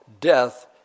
death